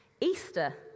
Easter